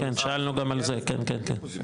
כן, שאלנו גם על זה, כן, כן.